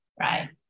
right